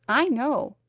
i know.